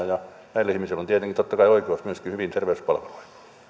näillä ihmisillä on tietenkin totta kai oikeus myöskin hyviin terveyspalveluihin ja